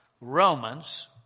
Romans